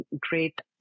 great